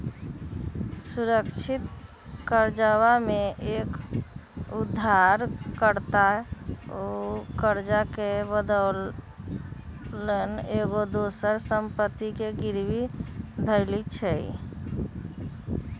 सुरक्षित करजा में एक उद्धार कर्ता उ करजा के बदलैन एगो दोसर संपत्ति के गिरवी धरइ छइ